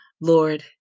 Lord